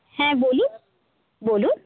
হ্যাঁ বলুন বলুন